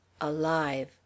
alive